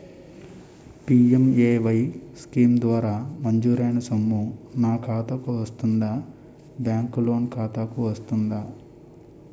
PMAY scheme ద్వారా మంజూరైన సొమ్ము నా ఖాతా కు వస్తుందాబ్యాంకు లోన్ ఖాతాకు వస్తుందా?